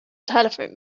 telephone